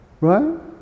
Right